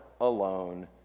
alone